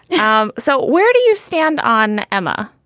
yeah um so where do you stand on emma?